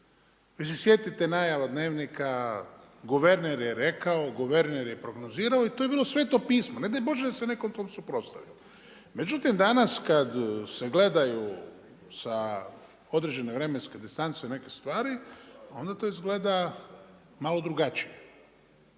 Vi se sjetite najava Dnevnika, guverner je rekao, guverner je prognozirao i to je bilo Sveto pismo, ne daj Bože da se neko tom suprotstavio. Međutim, danas kad se gledaju sa određene vremenske distance neke stvari, onda to izgleda malo drugačije